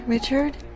Richard